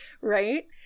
right